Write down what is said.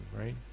right